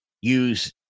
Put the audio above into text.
use